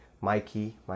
Mikey